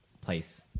place